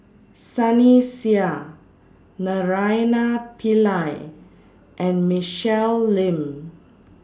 Sunny Sia Naraina Pillai and Michelle Lim